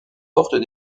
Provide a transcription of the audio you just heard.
portent